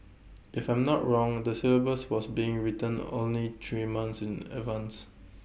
if I'm not wrong the syllabus was being written only three months in advance